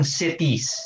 cities